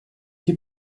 die